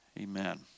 Amen